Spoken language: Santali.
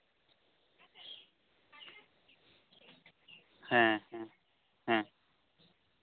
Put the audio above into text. ᱦᱮᱸ ᱦᱮᱸ ᱦᱮᱸ